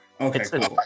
okay